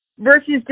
versus